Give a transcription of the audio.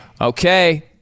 Okay